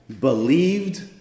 believed